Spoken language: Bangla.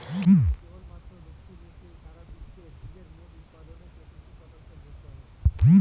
কেবলমাত্র দক্ষিণ এশিয়াই সারা বিশ্বের জিরের মোট উৎপাদনের তেষট্টি শতাংশ ভোগ করে